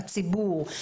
הציבור,